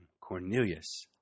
Cornelius